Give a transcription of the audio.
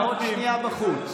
בעוד שנייה אתה בחוץ.